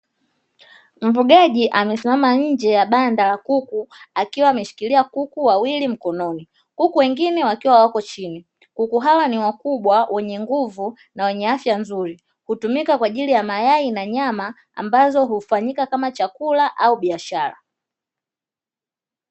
Mfugaji amesimama nje ya banda la kuku akiwa ameshikilia kuku wawili mkononi, kuku wengine wakiwa wapo chini. Kuku hawa ni wakubwa wenye nguvu na wenye afya nzuri, hutumika kwa ajili ya mayai na nyama, ambazo hufanyika kama chakula auc biashara.